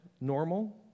normal